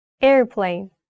Airplane